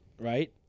Right